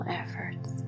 efforts